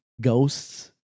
ghosts